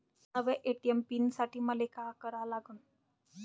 नव्या ATM pin साठी मले का करा लागन?